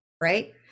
Right